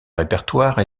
répertoire